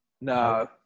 No